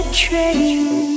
train